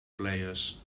players